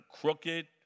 crooked